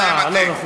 לא, לא מכובד.